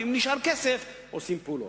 ואם נשאר כסף עושים פעולות.